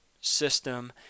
system